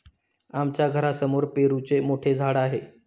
आमच्या घरासमोर पेरूचे मोठे झाड आहे